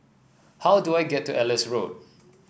how do I get to Ellis Road